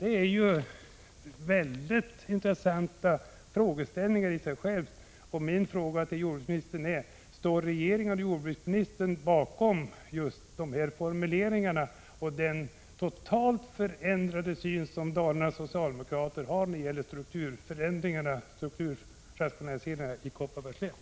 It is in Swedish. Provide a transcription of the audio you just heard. Detta är i sig självt väldigt intressanta frågeställningar, och min fråga till jordbruksministern är: Står regeringen och jordbruksministern bakom just de återgivna formuleringarna och den totalt förändrade syn som Dalarnas socialdemokrater har när det gäller strukturrationaliseringarna i Kopparbergs län?